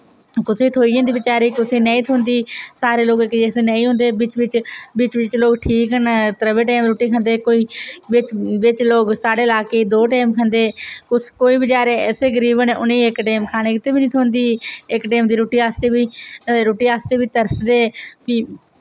कुसै थ्होई जंदी बचैरे कुसै नेईं थ्होंदी सारे लोक इक जैसे नेईं होंदे बिच बिच बिच बिच लोक ठीक न त्र'वै टैम रुट्टी खंदे कोई बिच बिच लोक साढ़े इलाके दो टैम खंदे कुस कोई बचैरे ऐसे गरीब न उ'नें इक टैम खाने गितै वबी निं थ्होंदी इक टैम दी रुट्टी आस्तै बी रुट्टी आस्तै बी तरसदे फ्ही